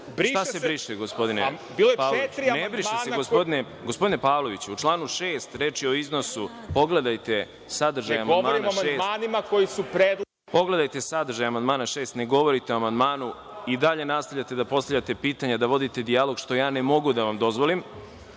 Šta se briše gospodine Pavloviću? Ne briše se. Gospodine Pavloviću u članu 6. reč je o iznosu, pogledajte sadržaj amandmana. Pogledajte sadržaj amandmana na član 6. ne govorite o amandmanu i dalje nastavljate da postavljate pitanje, da vodite dijalog, što ja ne mogu da vam dozvolim